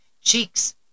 cheeks